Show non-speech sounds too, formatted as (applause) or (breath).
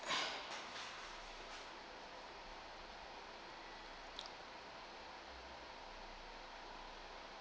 (breath)